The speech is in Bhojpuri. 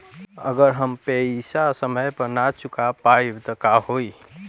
अगर हम पेईसा समय पर ना चुका पाईब त का होई?